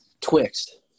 Twixt